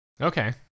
Okay